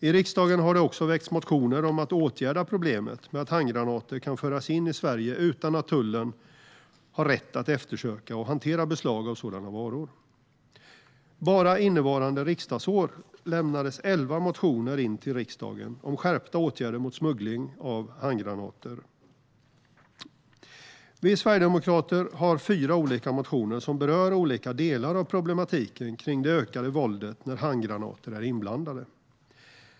I riksdagen har det också väckts motioner om att åtgärda problemet med att handgranater kan föras in i Sverige utan att tullen har rätt att eftersöka och hantera beslag av sådana varor. Bara innevarande riksdagsår lämnades elva motioner in till riksdagen om skärpta åtgärder mot smuggling av handgranater. Vi sverigedemokrater har fyra olika motioner som berör olika delar av problematiken kring det ökade våld där handgranater är inblandade.